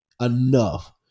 enough